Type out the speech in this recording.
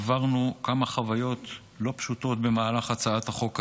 עברנו כמה חוויות לא פשוטות במהלך הצעת החוק הזאת.